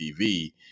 TV